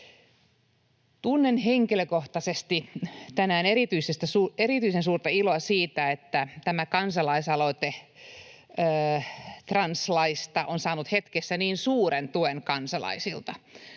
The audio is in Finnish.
Tunnen henkilökohtaisesti tänään erityisen suurta iloa siitä, että tämä kansalaisaloite translaista on saanut hetkessä niin suuren tuen kansalaisilta.